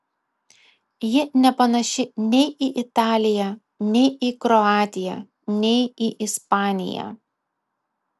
ji nepanaši nei į italiją nei į kroatiją nei į ispaniją